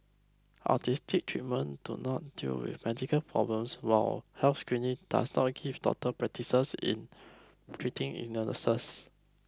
artistic treatments do not deal with medical problems while health screening does not give doctors practices in treating illnesses